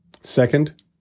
Second